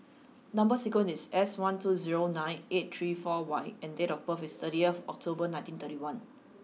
number sequence is S one two zero nine eight three four Y and date of birth is thirty October nineteen thirty one